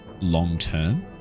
long-term